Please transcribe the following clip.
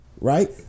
right